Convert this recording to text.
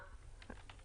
תודה.